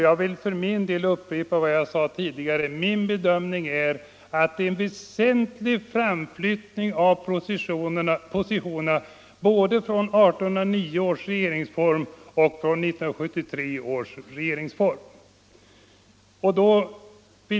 Jag vill upprepa vad jag sade tidigare: Min bedömning är att det är en väsentlig framflyttning av positionerna både från 1809 års regeringsform och från 1973 års regeringsform.